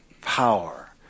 Power